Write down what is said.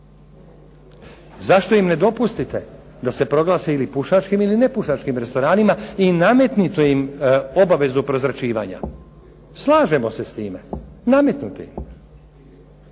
Zašto im ne dopustite da se proglase ili pušačkim ili nepušačkim restoranima i nametnete im obavezu prozračivanja? Slažemo se s time. Nametnite im.